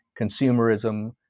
consumerism